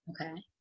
Okay